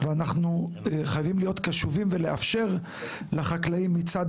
ואנחנו חייבים להיות קשובים ולאפשר לחקלאים מצד